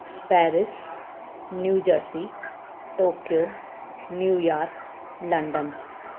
Paris new jersey Tokyo New York London